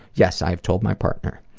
yes, i have told my partner.